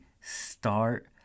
start